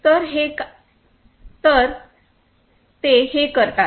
तर ते हे करतात